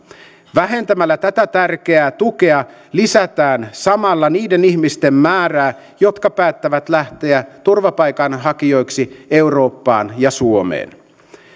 vähentämällä tätä tärkeää tukea lisätään samalla niiden ihmisten määrää jotka päättävät lähteä turvapaikanhakijoiksi eurooppaan ja suomeen